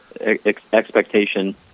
expectation